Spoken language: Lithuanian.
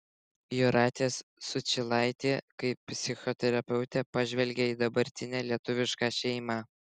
jūratės sučylaitė kaip psichoterapeutė pažvelgė į dabartinę lietuvišką šeimą